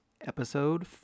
Episode